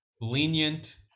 lenient